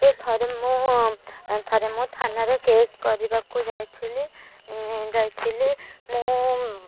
ସେ ଥରେ ମୁଁ ଥରେ ମୁଁ ଥାନାରେ କେସ୍ କରିବାକୁ ଯାଇଥିଲି ଯାଇଥିଲି ମୁଁ